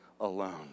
alone